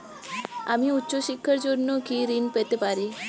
আমি উচ্চশিক্ষার জন্য কি ঋণ পেতে পারি?